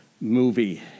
movie